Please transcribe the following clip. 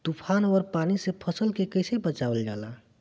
तुफान और पानी से फसल के कईसे बचावल जाला?